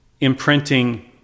imprinting